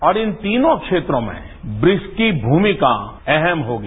और इन तीनों क्षेत्रों में ब्रिक्स की भूमिका अहम होगी